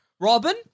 Robin